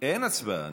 אין הצבעה.